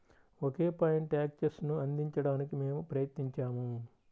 ఒకే point యాక్సెస్ను అందించడానికి మేము ప్రయత్నించాము